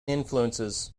influences